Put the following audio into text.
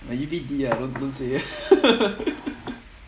my G_P D ah don't don't say ah